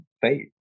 faith